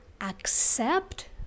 accept